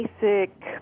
basic